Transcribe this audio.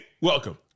welcome